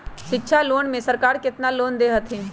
शिक्षा लोन में सरकार केतना लोन दे हथिन?